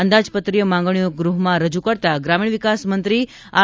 અંદાજપત્રીય માંગણીઓ ગૃહમાં રજુ કરતાં ગ્રામીણ વિકાસ મંત્રી આર